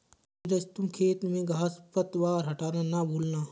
नीरज तुम खेत में घांस पतवार हटाना ना भूलना